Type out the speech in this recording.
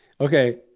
okay